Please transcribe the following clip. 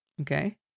Okay